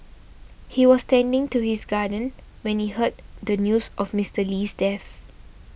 he was tending to his garden when he heard the news of Mister Lee's death